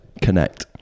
connect